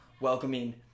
welcoming